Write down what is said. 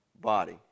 body